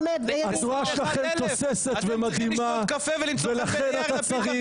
מבינים --- התנועה שלכם תוססת ומדהימה ולכן אתה צריך